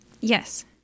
Yes